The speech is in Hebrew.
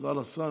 תודה לשר.